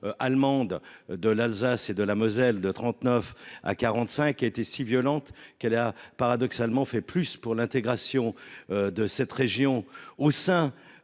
allemande de l'Alsace et de la Moselle de 39 à 45 a été si violente qu'elle a paradoxalement fait plus pour l'intégration de cette région au sein